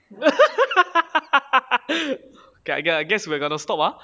okay lah okay I guess we're gonna stop ah